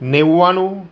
નવ્વાણું